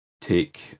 take